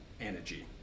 energy